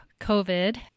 COVID